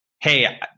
hey